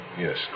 yes